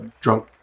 drunk